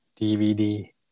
DVD